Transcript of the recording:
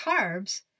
carbs